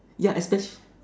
yeah especially